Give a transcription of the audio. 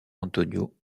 antonio